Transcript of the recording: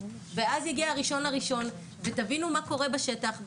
ואז יגיע ה- 1.1.2022 ותבינו מה קורה בשטח,